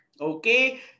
Okay